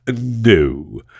No